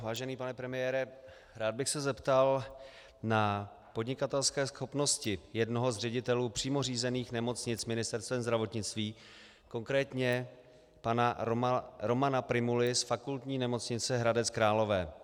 Vážený pane premiére, rád bych se zeptal na podnikatelské schopnosti jednoho z ředitelů přímo řízených nemocnic Ministerstvem zdravotnictví, konkrétně pana Romana Prymuly z Fakultní nemocnice Hradec Králové.